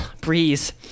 Breeze